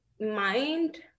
mind